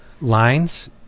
lines